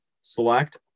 select